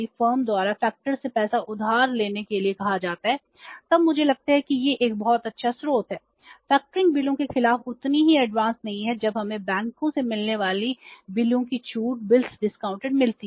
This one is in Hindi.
फैक्टर मिलती है